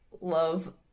Love